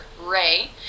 Ray